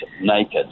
naked